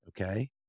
Okay